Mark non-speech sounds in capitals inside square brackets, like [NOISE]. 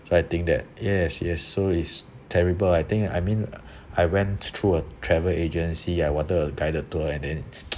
so I think that yes yes so it's terrible I think I mean [BREATH] I went through a travel agency I wanted a guided tour and then [NOISE]